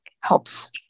helps